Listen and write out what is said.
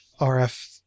RF